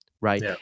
right